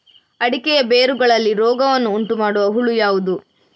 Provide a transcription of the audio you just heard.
ಅಡಿಕೆಯ ಬೇರುಗಳಲ್ಲಿ ರೋಗವನ್ನು ಉಂಟುಮಾಡುವ ಹುಳು ಯಾವುದು?